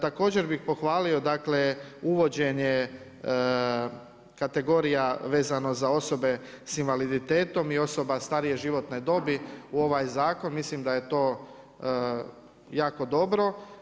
Također bih pohvalio dakle uvođenje kategorija vezano za osobe sa invaliditetom i osoba starije životne dobi u ovaj zakon, mislim da je to jako dobro.